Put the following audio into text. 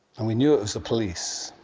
and we knew it was the police,